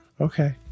Okay